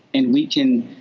and we can,